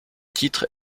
titre